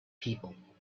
people